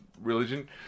religion